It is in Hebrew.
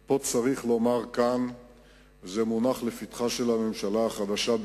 פה צריך לומר שזה במיוחד מונח לפתחה של הממשלה החדשה.